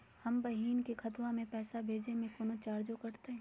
अपन बहिन के खतवा में पैसा भेजे में कौनो चार्जो कटतई?